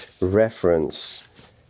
reference